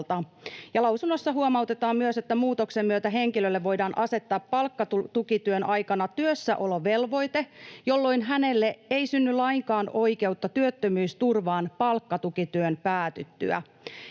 Lausunnossa huomautetaan myös, että muutoksen myötä henkilölle voidaan asettaa palkkatukityön aikana työssäolovelvoite, jolloin hänelle ei synny lainkaan oikeutta työttömyysturvaan palkkatukityön päätyttyä.